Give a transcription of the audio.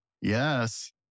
Yes